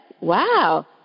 Wow